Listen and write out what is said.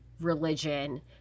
religion